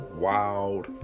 wild